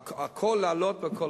הכול, להעלות וכל הדברים.